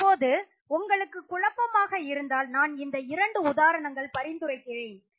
இப்போது உங்களுக்கு குழப்பமாக இருந்தால் நான் இந்த இரண்டு உதாரணங்களை பரிந்துரைக்கிறேன்